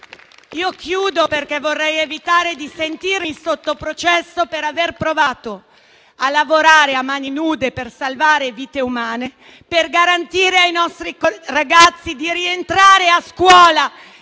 Concludo perché vorrei evitare di sentirmi sotto processo per aver provato a lavorare a mani nude per salvare vite umane, per garantire ai nostri ragazzi di rientrare a scuola